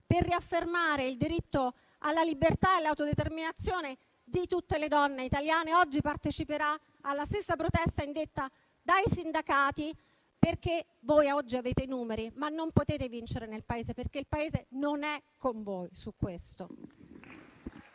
per riaffermare il diritto alla libertà e all'autodeterminazione di tutte le donne italiane e oggi parteciperà alla stessa protesta indetta dai sindacati, perché voi oggi avete i numeri, ma non potete vincere nel Paese, perché il Paese non è con voi su questo.